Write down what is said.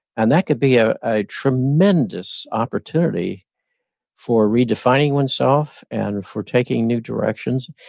and that could be ah a tremendous opportunity for redefining oneself and for taking new directions.